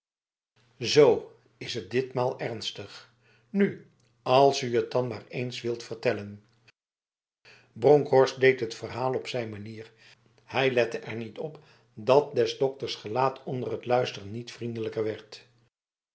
zo is het ditmaal ernstig nu als u het dan maar eens wilt vertellenf bronkhorst deed t verhaal op zijn manier hij lette er niet op dat des dokters gelaat onder het luisteren niet vriendelijker werd